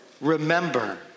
remember